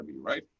right